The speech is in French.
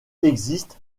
existe